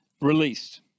released